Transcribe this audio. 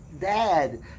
dad